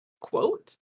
quote